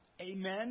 Amen